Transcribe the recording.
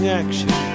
action